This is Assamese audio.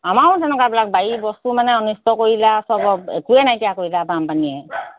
আমাৰো তেনেকুৱাবিলাক বাৰী বস্তু মানে অনিষ্ট কৰিলে আৰু চব বস্তু একোৱেই নাইকিয়া কৰিলে আৰু বামপানীয়ে